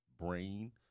brain